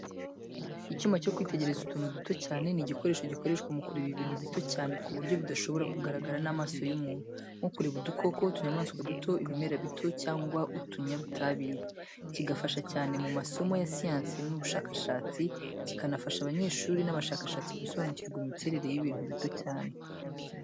Icyuma cyo kwitegereza utuntu duto cyane, ni igikoresho gikoreshwa mu kureba ibintu bito cyane ku buryo bidashobora kugaragara n’amaso y’umuntu, nko kureba udukoko, utunyamaswa duto, ibimera bito cyangwa utunyabutabire. Kigafasha cyane mu masomo ya siyansi n’ubushakashatsi, kikanafasha abanyeshuri n’abashakashatsi gusobanukirwa n’imiterere y’ibintu bito cyane.